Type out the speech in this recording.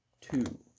two